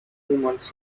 months